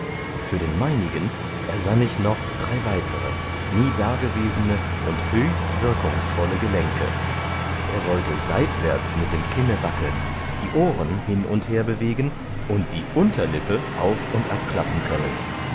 für den meinigen ersann ich noch drei weitere nie dagewesene und höchst wirkungsvolle gelenke er sollte seitwärts mit dem kinne wackeln die ohren hin und her bewegen und die unterlippe auf und abklappen können